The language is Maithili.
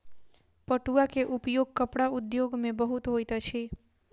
पटुआ के उपयोग कपड़ा उद्योग में बहुत होइत अछि